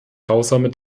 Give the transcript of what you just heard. grausame